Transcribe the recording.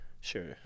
Sure